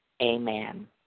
Amen